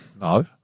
No